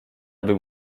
bym